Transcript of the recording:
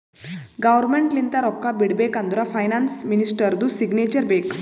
government ಲಿಂತ ರೊಕ್ಕಾ ಬಿಡ್ಬೇಕ ಅಂದುರ್ ಫೈನಾನ್ಸ್ ಮಿನಿಸ್ಟರ್ದು ಸಿಗ್ನೇಚರ್ ಬೇಕ್